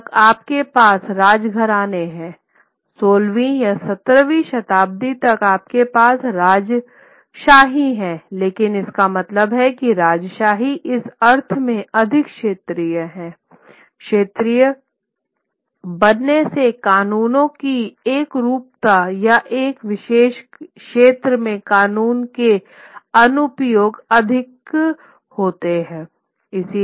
अब तक आपके पास राज घराने हैं 16 वीं या 17 वीं शताब्दी तक आपके पास राजशाही है लेकिन इसका मतलब है कि राजशाही इस अर्थ में अधिक क्षेत्रीय हैं क्षेत्रीय बनने से क़ानूनों की एकरूपता या एक विशेष क्षेत्र में कानून के अनुप्रयोग अधिक होते है